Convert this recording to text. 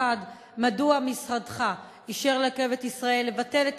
שאלותי: 1. מדוע משרדך אישר ל"רכבת ישראל" לבטל את